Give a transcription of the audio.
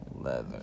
Leather